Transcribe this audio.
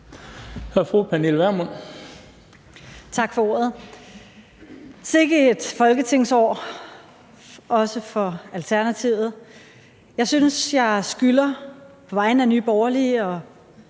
Kl. 19:54 Pernille Vermund (NB): Tak for ordet. Sikke et folketingsår, også for Alternativet. Jeg synes, at jeg på vegne af Nye Borgerlige og